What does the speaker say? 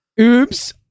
oops